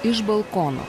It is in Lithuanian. iš balkono